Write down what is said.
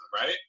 right